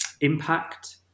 impact